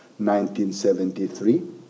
1973